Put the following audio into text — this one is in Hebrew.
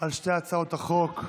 על שתי הצעות החוק.